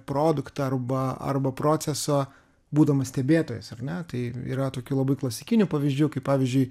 produktą arba arba procesą būdamas stebėtojas ar ne tai yra tokių labai klasikinių pavyzdžių kaip pavyzdžiui